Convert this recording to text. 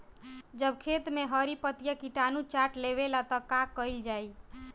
जब खेत मे हरी पतीया किटानु चाट लेवेला तऽ का कईल जाई?